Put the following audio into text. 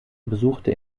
besuchte